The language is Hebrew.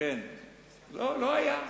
לא היה.